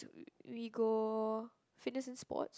we we go fitness and sports